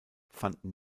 fanden